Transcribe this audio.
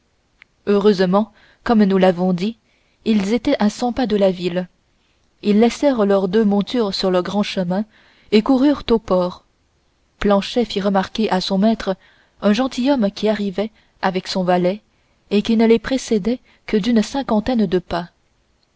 heureusement comme nous l'avons dit ils étaient à cent pas de la ville ils laissèrent les deux montures sur le grand chemin et coururent au port planchet fit remarquer à son maître un gentilhomme qui arrivait avec son valet et qui ne les précédait que d'une cinquantaine de pas